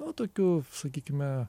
o tokių sakykime